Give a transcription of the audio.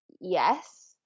yes